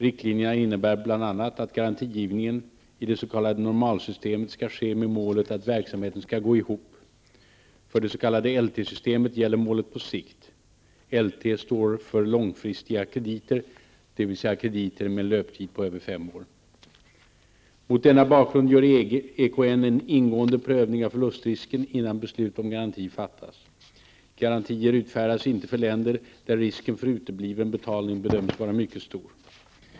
Riktlinjerna innebär bl.a. att garantigivningen i det s.k. normalsystemet skall ske med målet att verksamheten skall gå ihop. För det s.k. LT-systemet gäller målet på sikt. LT står för långfristiga krediter, dvs. krediter med en löptid på över fem år. Mot denna bakgrund gör EKN en ingående prövning av förlustrisken innan beslut om garanti fattas. Garantier utfärdas inte för länder där risken för utebliven betalning bedöms vara mycket stor.